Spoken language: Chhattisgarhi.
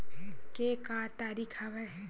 के का तरीका हवय?